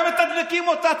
הם מתדלקים אותה.